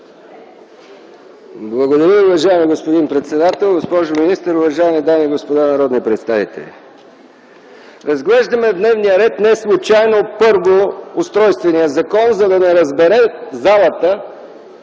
Благодаря Ви, уважаеми господин председател. Госпожо министър, уважаеми дами и господа народни представители! В дневния ред неслучайно първо разглеждаме Устройствения закон, за да не разбере залата